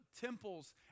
temples